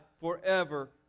forever